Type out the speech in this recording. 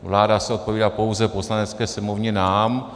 Vláda se odpovídá pouze Poslanecké sněmovně, nám.